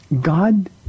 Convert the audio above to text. God